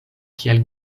kiel